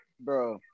Bro